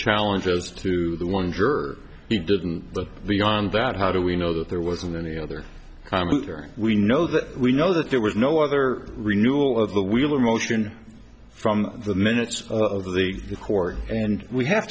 challenge as to the one juror he didn't but beyond that how do we know that there wasn't any other i mean we know that we know that there was no other renewal of the wheel or motion from the minutes of the court and we have